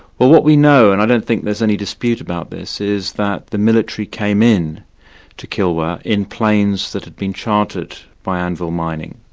well, what we know and i don't think there's any dispute about this is that the military came in to kilwa in planes that had been chartered by anvil mining,